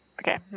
Okay